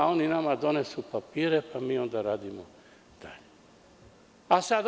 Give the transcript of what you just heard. Oni nam donesu papire a mi onda radimo dalje.